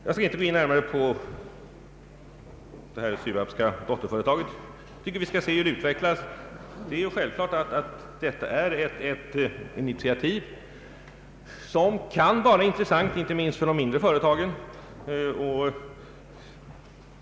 Jag skall inte gå in närmare på SUAB:s dotterföretag. Jag tycker vi skall se hur det utvecklas. Det är självklart att detta är ett initiativ som kan vara intressant inte minst för de mindre företagen.